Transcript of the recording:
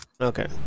Okay